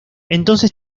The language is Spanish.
entonces